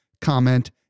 comment